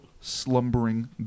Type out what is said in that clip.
slumbering